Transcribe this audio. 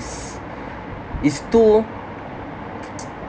it's too